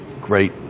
great